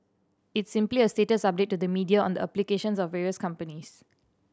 it's simply a status update to the media on the applications of various companies